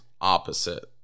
opposite